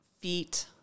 feet